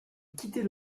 quitter